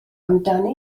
amdana